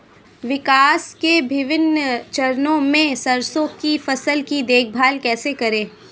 विकास के विभिन्न चरणों में सरसों की फसल की देखभाल कैसे करें?